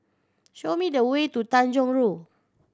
show me the way to Tanjong Rhu